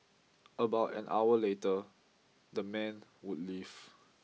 about an hour later the men would leave